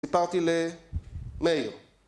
פרטילה מאיר